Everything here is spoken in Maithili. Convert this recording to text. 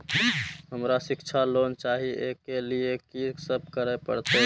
हमरा शिक्षा लोन चाही ऐ के लिए की सब करे परतै?